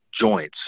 joints